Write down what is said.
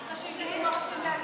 אני רוצה לדעת מה הם רוצים להגיד.